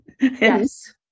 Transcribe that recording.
Yes